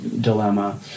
dilemma